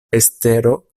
estero